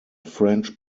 french